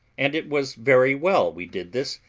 and it was very well we did this,